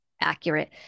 accurate